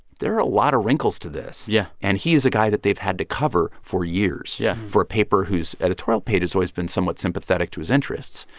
there are a lot of wrinkles to this. yeah and he is a guy that they've had to cover for years, yeah for a paper whose editorial page has always been somewhat sympathetic to his interests.